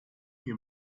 mir